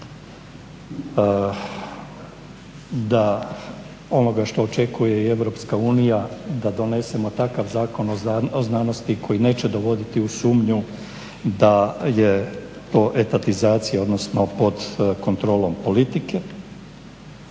da onoga što očekuje EU da donesemo takav Zakon o znanosti koji neće dovoditi u sumnju da je to etatizacija odnosno pod kontrolom politike,